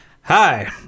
Hi